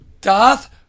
Darth